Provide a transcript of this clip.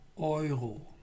Euro